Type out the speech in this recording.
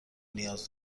نیاز